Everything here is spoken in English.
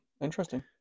interesting